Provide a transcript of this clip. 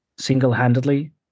Single-handedly